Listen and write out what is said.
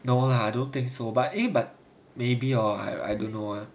no lah I don't think so but eh but maybe hor I don't know ah